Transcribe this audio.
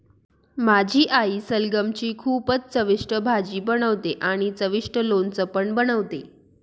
माझी आई सलगम ची खूपच चविष्ट भाजी बनवते आणि चविष्ट लोणचं पण बनवते